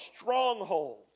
stronghold